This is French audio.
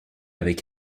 avec